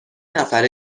نفر